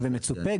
וגם מצופה,